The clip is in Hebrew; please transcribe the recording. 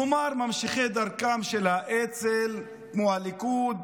כלומר, הן ממשיכות דרכם של האצ"ל, כמו הליכוד,